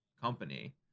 Company